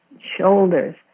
shoulders